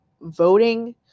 voting